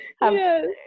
Yes